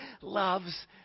loves